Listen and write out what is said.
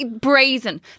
brazen